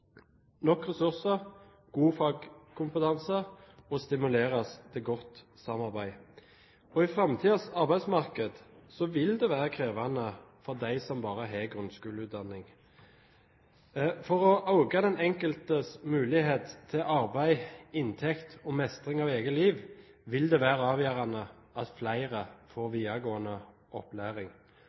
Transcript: nok ressurser, god fagkompetanse og stimuleres til godt samarbeid. I framtidens arbeidsmarked vil det være krevende for dem som bare har grunnskoleutdanning. For å øke den enkeltes muligheter til arbeid, inntekt og mestring av eget liv vil det være avgjørende at flere får videregående opplæring.